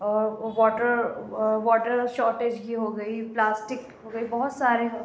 اور water water shortage کی ہو گئی پلاسٹک ہو گئی بہت سارے